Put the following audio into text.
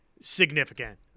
significant